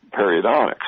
periodontics